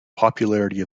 popularity